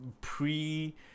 Pre